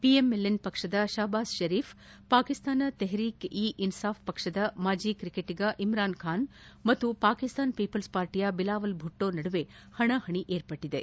PML N ಪಕ್ಷದ ಶಪಬಾಜ್ ಶರೀಫ್ ಪಾಕಿಸ್ತಾನ ಟೆಟ್ರೀಕ್ ಇ ಇನ್ಲಾಫ್ ಪಕ್ಷದ ಮಾಜಿ ಕ್ರಿಟಗ ಇಮ್ರಾನ್ ಖಾನ್ ಮತ್ತು ಪಾಕಿಸ್ತಾನ ಪೀಪಲ್ಪ್ ಪಾರ್ಟಿಯ ಬಿಲಾವಲ್ ಭುಟ್ಲೋ ನಡುವೆ ಪಣಾಪಣಿ ಏರ್ಪಟ್ಲದೆ